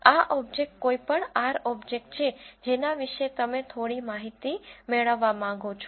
આ ઓબ્જેક્ટ કોઈ પણ R ઓબ્જેક્ટ છે જેના વિશે તમે થોડી માહિતી મેળવવા માંગો છો